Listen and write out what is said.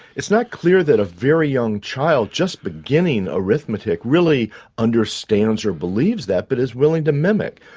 it's not clear that a very young child just beginning arithmetic really understands or believes that but is willing to mimic.